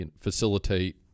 facilitate